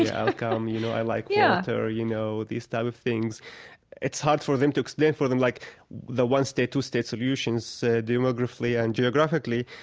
yeah like um you know. i like yeah water, you know, these types of things it's hard for them to explain for them. like the one-state, two-state solutions, demographically and geographically,